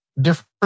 different